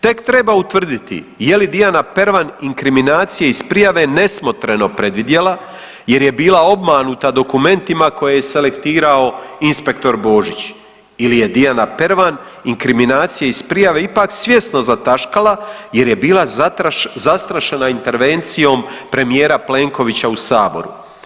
Tek treba utvrditi je li Dijana Pervan inkriminacije iz prijave nesmotreno predvidjela jer je bila obmanuta dokumentima koje je selektirao inspektor Božić ili je Dijana Pervan inkriminacije iz prijave ipak svjesno zataškala jer je bila zastrašena intervencijom premijera Plenkovića u Saboru.